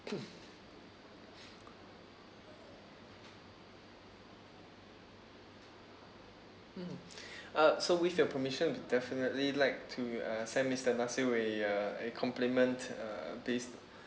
mm uh so with your permission we definitely like to uh send mister nasir where uh a compliment uh based